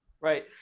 Right